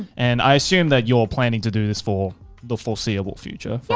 and i assume that you're planning to do this for the foreseeable future yes,